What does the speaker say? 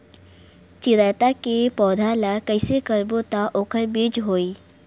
चिरैता के पौधा ल कइसे करबो त ओखर बीज होई?